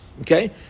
Okay